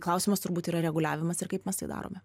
klausimas turbūt yra reguliavimas ir kaip mes tai darome